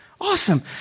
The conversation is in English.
Awesome